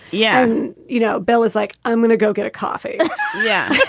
yeah. you know, bill is like, i'm going to go get a coffee yeah.